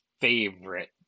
favorite